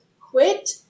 Quit